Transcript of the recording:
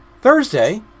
Thursday